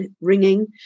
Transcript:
ringing